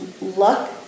luck